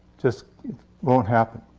just won't happen.